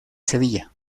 sevilla